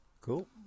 Cool